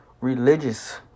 religious